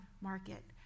market